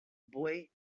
boy